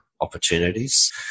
opportunities